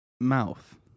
mouth